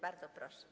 Bardzo proszę.